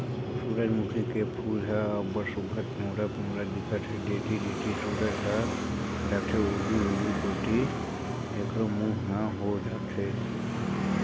सूरजमूखी के फूल ह अब्ब्ड़ सुग्घर पिंवरा पिंवरा दिखत हे, जेती जेती सूरज ह जाथे उहीं कोती एखरो मूँह ह हो जाथे